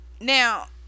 now